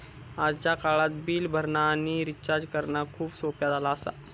आजच्या काळात बिल भरणा आणि रिचार्ज करणा खूप सोप्प्या झाला आसा